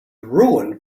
ruined